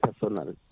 personal